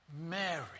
Mary